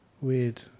weird